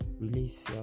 release